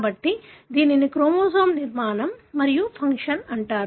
కాబట్టి దీనిని క్రోమోజోమ్ నిర్మాణం మరియు ఫంక్షన్ అంటారు